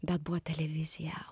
bet buvo televizija